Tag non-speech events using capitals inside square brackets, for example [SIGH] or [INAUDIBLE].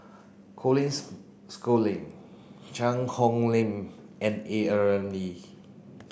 Colin [UNINTELLIGIBLE] Schooling Cheang Hong Lim and A Ramli